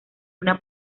una